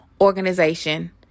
Organization